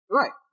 right